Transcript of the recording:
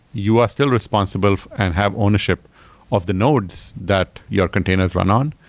you are still responsible and have ownership of the nodes that your containers run on,